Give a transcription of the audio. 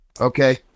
Okay